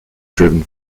driven